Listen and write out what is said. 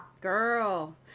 Girl